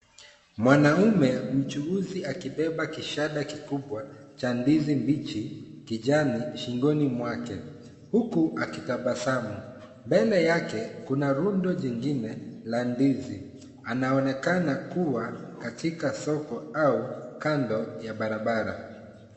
Mwanaume mchuuzi akibeba kishada kikubwa cha ndizi mbichi kijani, shingoni mwake, huku akitabasamu. Kando yake kuna rundo jingine la ndizi. Anaonekana kuwa katika soko au kando ya barabara.